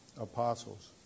apostles